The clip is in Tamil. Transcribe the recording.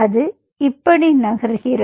அது இப்படி நகர்கிறது